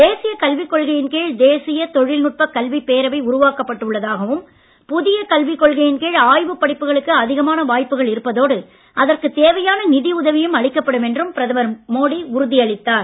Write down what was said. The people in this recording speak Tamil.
தேசிய கல்விக் கொள்கையின் கீழ் தேசிய தொழில் நுட்ப கல்விப் பேரவை உருவாக்கப்பட்டு உள்ளதாகவும் புதிய கொள்கையின் கீழ் ஆய்வுப் படிப்புகளுக்கு அதிகமான வாய்ப்புகள் இருப்பதோடு அதற்குத் தேவையான நிதி உதவியும் அளிக்கப்படும் என்றும் பிரதமர் மோடி உறுதியளித்தார்